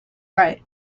right